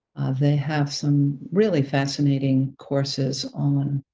they have some really fascinating courses on